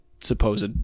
supposed